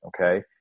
okay